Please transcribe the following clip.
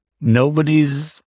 nobody's